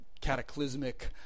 cataclysmic